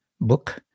book